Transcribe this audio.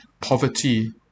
poverty